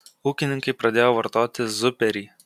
ūkininkai pradėjo vartoti zuperį